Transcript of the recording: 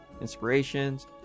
inspirations